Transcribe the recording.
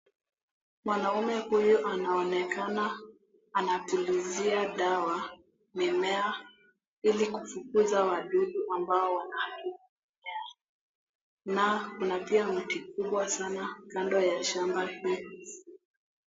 Mwanaume huyu anaonekana anapulizia dawa mimea ili kufukuza wadudu ambao wanaharibu mimea na kuna pia mti kubwa sana kando ya shamba hili.